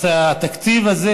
אז התקציב הזה